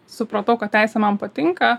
supratau kad teisė man patinka